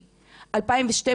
אבל בשנת 2012,